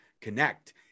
connect